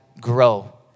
grow